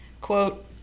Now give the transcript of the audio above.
quote